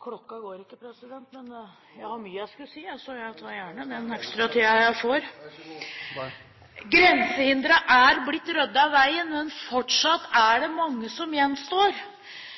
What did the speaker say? Klokka går ikke, president, men jeg har mye jeg skulle si, så jeg tar gjerne den tiden jeg får. Du får bare snakke. Vær så god. Grensehindre er blitt ryddet av veien, men fortsatt er det mange som gjenstår.